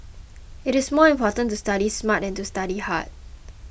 it is more important to study smart than to study hard